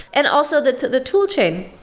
and also, the the tool chain.